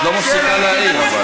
את לא מפסיקה להעיר אבל.